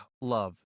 love